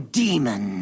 demon